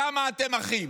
שם אתם אחים.